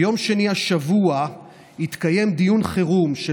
ביום שני השבוע התקיים דיון חירום של